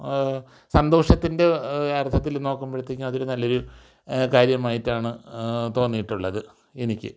സന്തോഷത്തിൻ്റെ അർത്ഥത്തിൽ നോക്കുമ്പോഴത്തേക്കും അതൊരു നല്ല ഒരു കാര്യമായിട്ടാണ് തോന്നിയിട്ടുള്ളത് എനിക്ക്